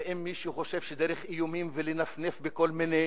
ואם מישהו חושב שדרך איומים ולנפנף בכל מיני